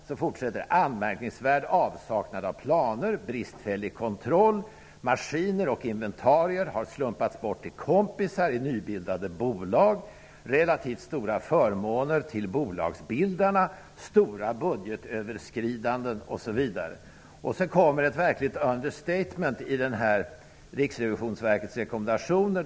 Så fortsätter det: anmärkningsvärd avsaknad av planer, bristfällig kontroll, maskiner och inventarier har slumpats bort till kompisar i nybildade bolag, relativt stora förmåner till bolagsbildarna, stora budgetöverskridanden, osv. Sedan kommer ett verkligt understatement i Riksrevisionsverkets rekommendationer.